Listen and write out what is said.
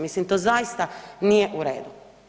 Mislim to zaista nije u redu.